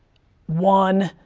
one.